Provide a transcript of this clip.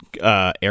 Air